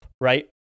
right